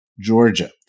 Georgia